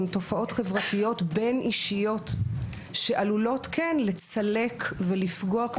הן תופעות חברתיות בין אישיות שעלולות כן לצלק ולפגוע,